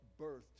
birthed